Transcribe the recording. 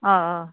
अ अ